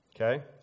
Okay